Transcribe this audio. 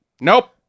Nope